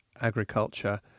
agriculture